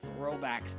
throwbacks